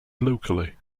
locally